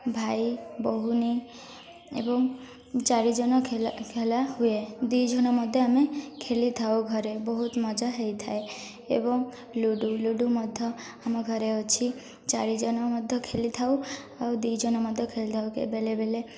ଭାଇ ଭଉଣୀ ଏବଂ ଚାରିଜଣ ଖେଳା ହୁୁଏ ଦୁଇ ଜଣ ମଧ୍ୟ ଆମେ ଖେଳି ଥାଉ ଘରେ ବହୁତ ମଜା ହେଇଥାଏ ଏବଂ ଲୁଡ଼ୋ ଲୁଡ଼ୋ ମଧ୍ୟ ଆମ ଘରେ ଅଛି ଚାରିଜଣ ମଧ୍ୟ ଖେଳି ଥାଉ ଆଉ ଦୁଇଜଣ ମଧ୍ୟ ଖେଳିଥାଉ ବେଳେ ବେଳେ